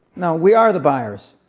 no, we are the buyers.